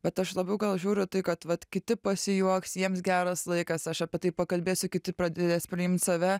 bet aš labiau gal žiūriu į tai kad vat kiti pasijuoks jiems geras laikas aš apie tai pakalbėsiu kiti pradės priimt save